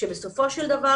שבסופו של דבר